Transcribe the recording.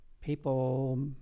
people